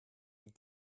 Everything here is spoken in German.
die